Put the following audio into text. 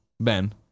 Ben